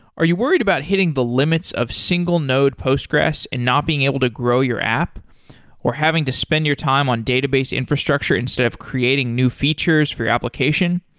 are you worried about hitting the limits of single node postgres and not being able to grow your app or having to spend your time on database infrastructure instead of creating new features for you application?